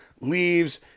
Leaves